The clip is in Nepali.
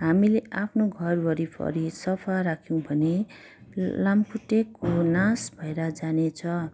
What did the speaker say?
हामीले आफ्नो घर वरिपरि सफा राख्यौँ भने लामखुट्टेको नाश भएर जाने छ